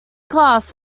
class